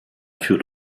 führt